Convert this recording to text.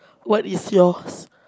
what is yours